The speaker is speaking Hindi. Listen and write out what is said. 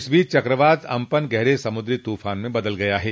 इस बीच चक्रवात अम्पन गहरे समुद्री तूफान में बदल गया है